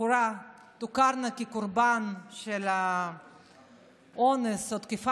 בחורה תוכר כקורבן של אונס או תקיפה